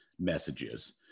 messages